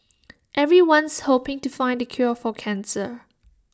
everyone's hoping to find the cure for cancer